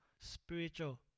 spiritual